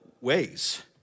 ways